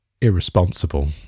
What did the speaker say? irresponsible